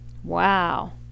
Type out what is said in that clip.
wow